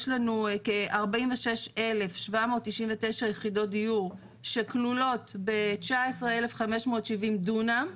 יש לנו כ- 46,799 יחידות דיור שכלולות ב- 19,570 דונם,